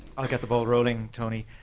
i'll get the ball rolling, tony.